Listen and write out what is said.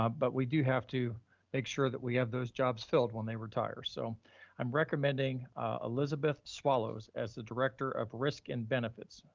ah but we do have to make sure that we have those those jobs filled when they were tired. so i'm recommending elizabeth swallows as the director of risk and benefits.